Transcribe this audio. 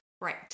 Right